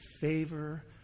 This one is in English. favor